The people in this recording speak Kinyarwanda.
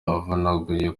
avunaguye